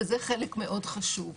וזה חלק מאוד חשוב.